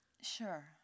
Sure